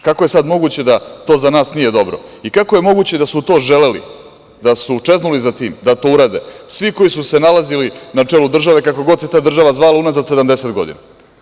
Kako je sada moguće da to za nas sada nije dobro i kako je moguće da su to želeli, da su čeznuli za tim da to urade svi koji su se nalazili na čelu države kako god se ta država zvala unazad 70 godina.